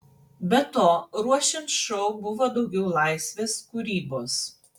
be to ruošiant šou buvo daugiau laisvės kūrybos